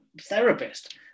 therapist